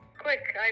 Quick